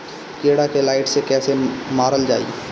कीड़ा के लाइट से कैसे मारल जाई?